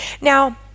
Now